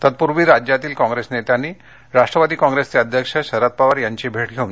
तत्पूर्वी राज्यातील काँप्रेस नेत्यांनी राष्ट्रवादी काँप्रेसचे अध्यक्ष शरद पवार यांची भेट घेतली